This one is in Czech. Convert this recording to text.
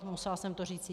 Musela jsem to říci.